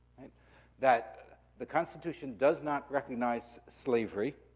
that the constitution does not recognize slavery,